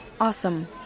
Awesome